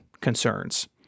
concerns